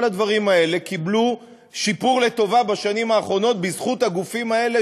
כל הדברים האלה קיבלו שיפור בשנים האחרונות בזכות הגופים האלה